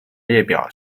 列表